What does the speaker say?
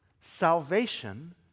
Salvation